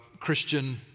Christian